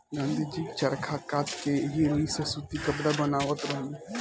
गाँधी जी चरखा कात के एही रुई से सूती कपड़ा बनावत रहनी